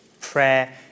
prayer